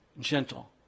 gentle